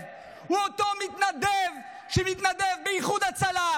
הוא אותו מתנדב שמתנדב באיחוד הצלה,